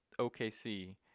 OKC